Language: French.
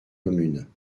communes